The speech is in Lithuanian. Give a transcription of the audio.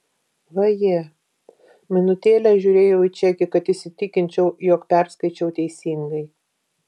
vaje minutėlę žiūrėjau į čekį kad įsitikinčiau jog perskaičiau teisingai